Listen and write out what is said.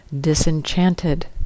disenchanted